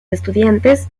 estudiantes